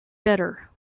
better